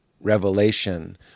revelation